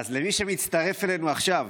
אז למי שמצטרף אלינו עכשיו,